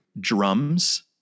drums